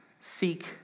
seek